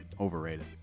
overrated